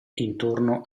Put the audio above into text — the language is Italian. intorno